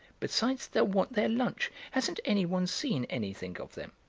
besides, they'll want their lunch. hasn't anyone seen anything of them?